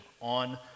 on